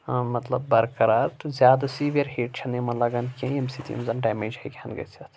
مطلب برقرار تہٕ زیادٕ سیٖوِیَر ہیٖٹ چھَنہٕ یِمَن لَگَان کینٛہہ ییٚمہِ سۭتۍ یِم زَن ڈٮ۪میج ہٮ۪کہٕ ہن گٔژھِتھ